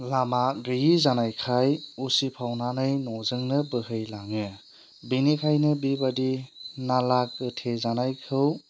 लामा गैयि जानायखाय उसिफावनानै न'जोंनो बोहैलाङो बेनिखायनो बेबादि नाला गोथे जानायखौ